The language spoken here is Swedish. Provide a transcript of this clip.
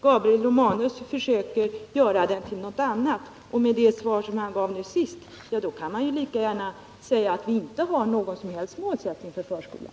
Gabriel Romanus försöker göra den till någonting annat. Och det svar som han gav senast innebär att man lika gärna kan säga att vi inte har någon som helst målsättning för förskolan.